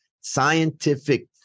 scientific